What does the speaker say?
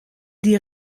die